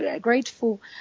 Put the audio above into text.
grateful